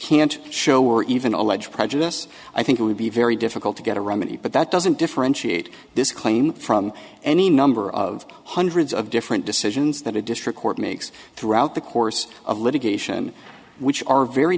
can't show or even allege prejudice i think it would be very difficult to get a remedy but that doesn't differentiate this claim from any number of hundreds of different decisions that a district court makes throughout the course of litigation which are very